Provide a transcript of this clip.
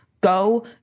go